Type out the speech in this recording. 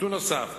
נתון נוסף: